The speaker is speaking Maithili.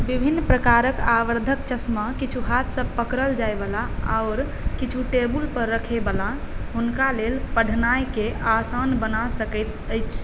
विभिन्न प्रकारक आवर्धक चश्मा किछु हाथसँ पकड़ल जाइवला आओर किछु टेबुल पर रखैबला हुनका लेल पढ़नाइकेँ आसान बना सकैत अछि